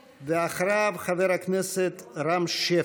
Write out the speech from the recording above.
אחריו, חבר הכנסת רם שפע.